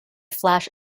flash